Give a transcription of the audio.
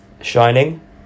Shining